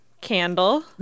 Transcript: candle